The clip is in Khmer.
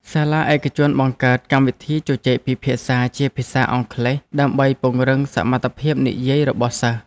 សាលាឯកជនបង្កើតកម្មវិធីជជែកពិភាក្សាជាភាសាអង់គ្លេសដើម្បីពង្រឹងសមត្ថភាពនិយាយរបស់សិស្ស។